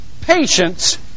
patience